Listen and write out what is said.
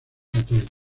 católica